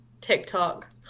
TikTok